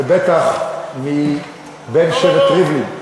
ובטח מבן שבט ריבלין.